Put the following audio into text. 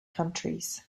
countries